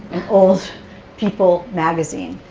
old people magazine.